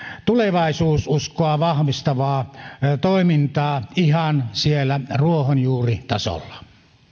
tulevaisuususkoa vahvistavaa toimintaa ihan siellä ruohonjuuritasolla